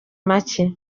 make